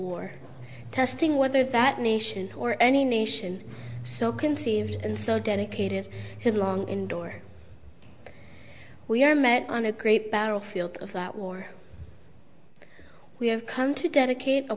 war testing whether that nation or any nation so conceived and so dedicated can long endure we are met on a great battlefield of that war we have come to dedicate a